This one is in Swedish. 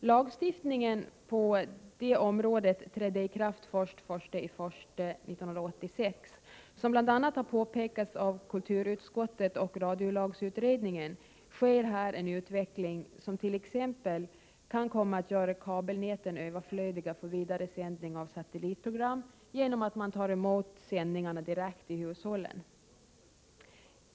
Lagstiftningen på detta område trädde i kraft först den 1 januari 1986. Som påpekats bl.a. av kulturskottet och radiolagsutredningen sker här en utveckling som t.ex. kan komma att göra kabelnäten överflödiga för vidaresändning av satellitprogram genom att man tar emot sändningarna direkt i hushållen.